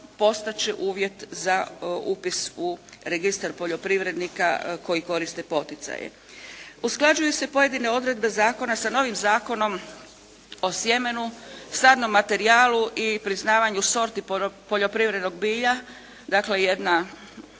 postat će uvjet za upis u Registar poljoprivrednica koji koriste poticaje. Usklađuju se pojedine odredbe zakona sa novim Zakonom o sjemenu, sadnom materijalu i priznavanju sorti poljoprivrednog bilja, dakle jedno